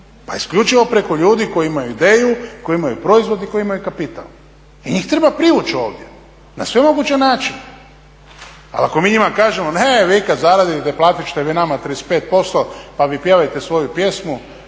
Pa isključivo preko ljudi koji imaju ideju, koji imaju proizvod i koji imaju kapital. Njih treba privući ovdje na sve moguće načine. Ali ako mi njima kažemo ne, vi kad zaradite platit ćete vi nama 35% pa vi pjevajte svoju pjesmu